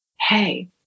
Hey